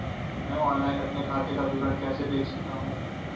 मैं ऑनलाइन अपने खाते का विवरण कैसे देख सकता हूँ?